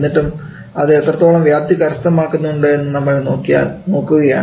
എന്നിട്ട് അത് എത്രത്തോളം വ്യാപ്തി കരസ്ഥമാക്കുന്നുണ്ട് എന്ന് നമ്മൾ നോക്കുകയാണ്